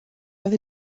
oedd